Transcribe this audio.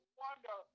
wonder